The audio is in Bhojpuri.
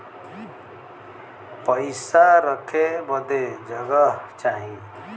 पइसा रखे बदे जगह चाही